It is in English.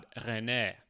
René